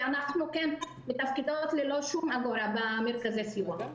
ואנחנו כן מתפקדות ללא שום אגורה במרכזי הסיוע.